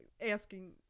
asking